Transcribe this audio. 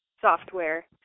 software